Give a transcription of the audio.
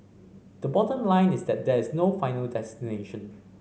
the bottom line is that there is no final destination